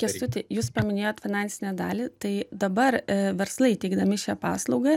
kęstuti jūs paminėjot finansinę dalį tai dabar verslai teikdami šią paslaugą